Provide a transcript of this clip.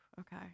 okay